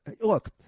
look